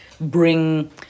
bring